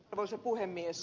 arvoisa puhemies